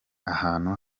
ahantu